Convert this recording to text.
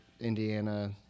Indiana